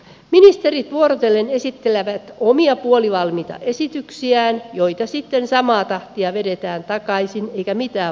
ministerit vuorotellen esittelevät omia puolivalmiita esityksiään joita sitten samaa tahtia vedetään takaisin eikä mitään valmista synny